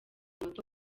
moto